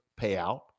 payout